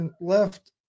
left